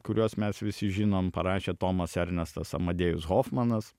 kuriuos mes visi žinom parašė tomas ernestas amadėjus hofmanas